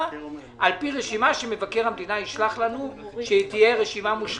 על פי רשימה שמבקר המדינה ישלח לנו שהיא תהיה רשימה מושלמת.